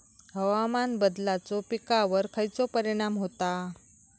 हवामान बदलाचो पिकावर खयचो परिणाम होता?